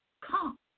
Come